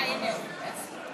כרגע היה כאן.